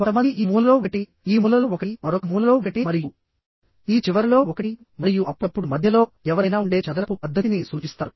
కొంతమంది ఈ మూలలో ఒకటి ఈ మూలలో ఒకటి మరొక మూలలో ఒకటి మరియు ఈ చివరలో ఒకటి మరియు అప్పుడప్పుడు మధ్యలో ఎవరైనా ఉండే చదరపు పద్ధతిని సూచిస్తారు